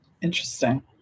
Interesting